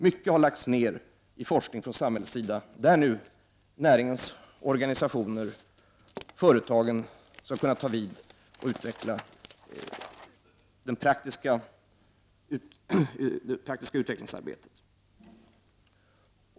Mycket har satsats från samhällets sida i forskningen, och nu kan näringslivets organisationer och företagen ta vid och fortsätta det praktiska utvecklingsarbetet.